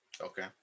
Okay